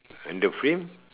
and the frame